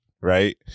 right